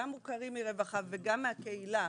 גם מוכרים מרווחה וגם מהקהילה,